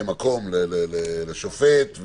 זה הנהלת בתי המשפט.